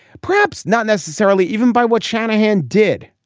perhaps not necessarily even by what shanahan did.